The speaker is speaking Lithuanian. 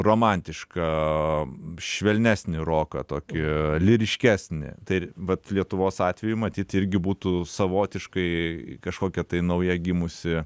romantišką švelnesnį roką tokį lyriškesnį tai vat lietuvos atveju matyt irgi būtų savotiškai kažkokia tai naujai gimusi